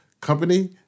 company